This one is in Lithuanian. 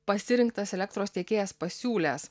pasirinktas elektros tiekėjas pasiūlęs